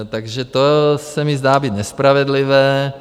Takže to se mi zdá být nespravedlivé.